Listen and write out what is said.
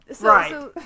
right